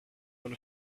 one